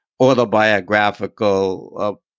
autobiographical